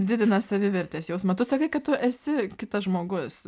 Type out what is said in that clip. didina savivertės jausmą tu sakai kad tu esi kitas žmogus